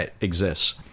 exists